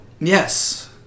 yes